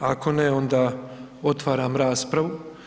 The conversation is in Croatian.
Ako ne, onda otvaram raspravu.